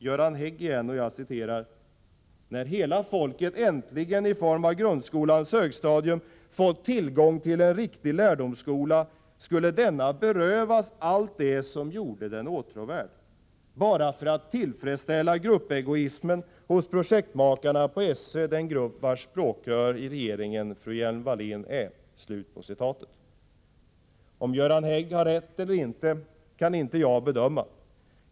Göran Hägg igen: ”När hela folket äntligen i form av grundskolans högstadium fått tillgång till en riktig lärdomsskola skulle denna berövas allt det som gjorde den åtråvärd — bara för att tillfredsställa gruppegoismen hos projektmakarna på SÖ, den grupp vars språkrör i regeringen fru Hjelm-Wallén är.” Om Göran Hägg har rätt eller inte kan inte jag bedöma.